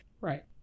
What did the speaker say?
Right